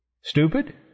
Stupid